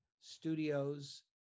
studios